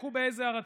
תבדקו באיזה ארצות.